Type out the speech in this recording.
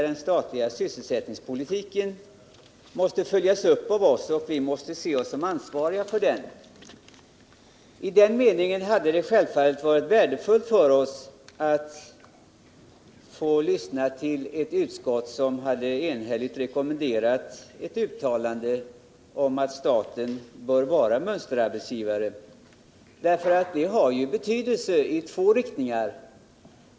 Den statliga sysselsättningspolitiken måste följas upp av oss och vi måste betrakta oss som ansvariga för den. I den meningen hade det självfallet varit värdefullt om utskottet enhälligt hade uttalat att staten bör vara mönsterarbetsgivare. Det har betydelse i två riktningar.